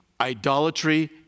idolatry